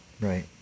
Right